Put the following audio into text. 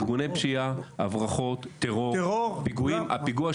ארגוני פשיעה, הברחות, טרור, פיגועים.